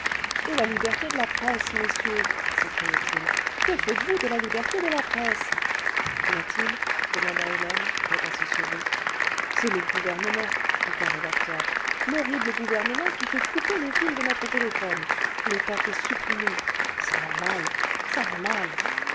et la liberté de la presse messieurs s'écriait-il que faites-vous de la liberté de la presse qu'y a-t-il demanda hélène prête à se sauver c'est le gouvernement dit un rédacteur l'horrible gouvernement qui fait couper les fils de notre téléphone y époque est supprimée gava mal ça va mal